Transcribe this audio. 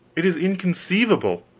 it is inconceivable.